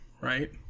right